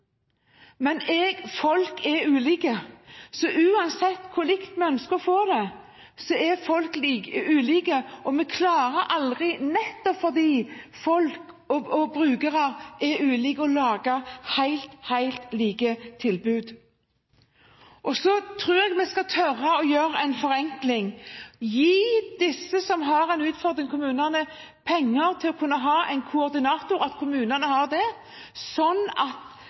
men folk er ulike. Uansett hvor likt vi ønsker å få det, er folk ulike, og nettopp fordi folk og brukere er ulike, klarer vi aldri å lage helt like tilbud. Så tror jeg vi skal tørre å gjøre en forenkling og gi disse kommunene som har en utfordring, penger til å kunne ha en koordinator, sånn at foreldre eller foresatte til ressurskrevende brukere slipper å springe fra kontor til kontor, men har